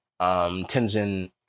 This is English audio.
Tenzin